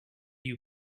you